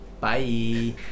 Bye